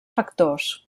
factors